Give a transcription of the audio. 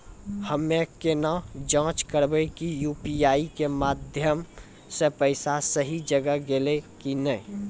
हम्मय केना जाँच करबै की यु.पी.आई के माध्यम से पैसा सही जगह गेलै की नैय?